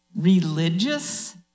religious